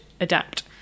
adapt